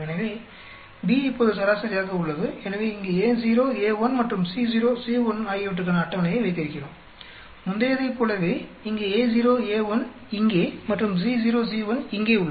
எனவே B இப்போது சராசரியாக உள்ளது எனவே இங்கே Ao A1 மற்றும் Co C1 ஆகியவற்றுக்கான அட்டவணையை வைத்திருக்கிறோம் முந்தையதைப் போலவே இங்கே Ao A1 இங்கே மற்றும் Co C1 இங்கே உள்ளது